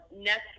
next